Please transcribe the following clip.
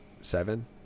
seven